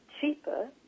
cheaper